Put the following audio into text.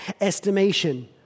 estimation